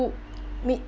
meet